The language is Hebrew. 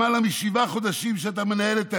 למעלה משבעה חודשים אתה מנהל את האירוע,